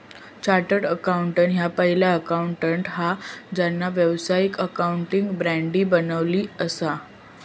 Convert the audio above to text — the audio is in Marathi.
चार्टर्ड अकाउंटंट ह्या पहिला अकाउंटंट हा ज्यांना व्यावसायिक अकाउंटिंग बॉडी बनवली असा